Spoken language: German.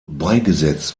beigesetzt